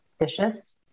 dishes